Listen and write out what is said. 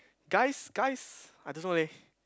guys guys I don't know leh